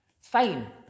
Fine